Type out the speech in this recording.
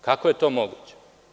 Kako je to moguće?